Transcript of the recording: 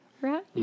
right